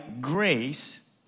grace